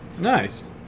Nice